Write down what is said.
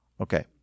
Okay